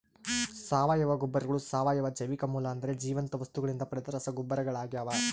ಸಾವಯವ ಗೊಬ್ಬರಗಳು ಸಾವಯವ ಜೈವಿಕ ಮೂಲ ಅಂದರೆ ಜೀವಂತ ವಸ್ತುಗಳಿಂದ ಪಡೆದ ರಸಗೊಬ್ಬರಗಳಾಗ್ಯವ